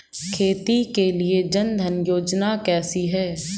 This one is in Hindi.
खेती के लिए जन धन योजना कैसी है?